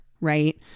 right